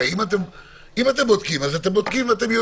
הרי אם אתם אז אתם יודעים,